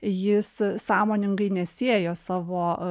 jis sąmoningai nesiejo savo